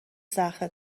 سخته